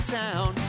town